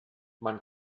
man